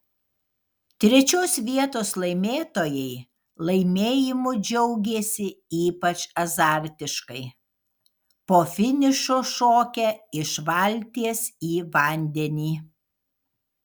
trečios vietos laimėtojai laimėjimu džiaugėsi ypač azartiškai po finišo šokę iš valties į vandenį